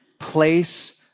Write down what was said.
Place